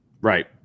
Right